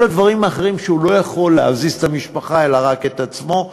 כל הדברים האחרים שבגינם הוא לא יכול להזיז את המשפחה אלא רק את עצמו,